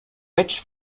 rich